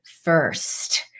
first